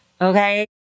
Okay